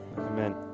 Amen